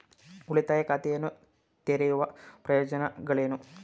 ಉಳಿತಾಯ ಖಾತೆಯನ್ನು ತೆರೆಯುವ ಪ್ರಯೋಜನಗಳೇನು?